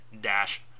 dash